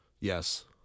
Yes